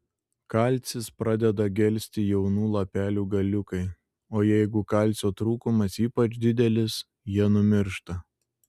kalcis pradeda gelsti jaunų lapelių galiukai o jeigu kalcio trūkumas ypač didelis jie numiršta